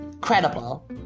credible